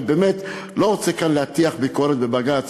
אני באמת לא רוצה כאן להטיח ביקורת בבג"ץ,